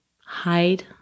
hide